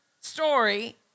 story